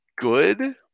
good